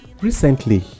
recently